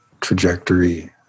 trajectory